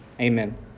Amen